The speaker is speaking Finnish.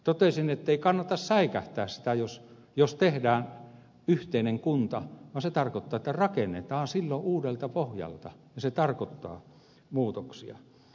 totesin ettei kannata säikähtää sitä jos tehdään yhteinen kunta vaan se tarkoittaa että rakennetaan silloin uudelta pohjalta ja se tarkoittaa muutoksia